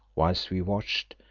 whilst we watched,